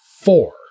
four